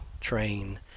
train